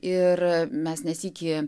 ir mes ne sykį